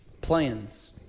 plans